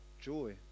joy